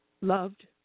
loved